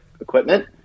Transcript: equipment